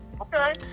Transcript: Okay